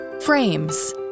Frames